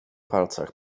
palcach